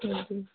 جی جی